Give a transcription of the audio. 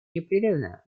непрерывно